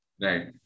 Right